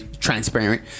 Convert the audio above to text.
transparent